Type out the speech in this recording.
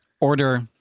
order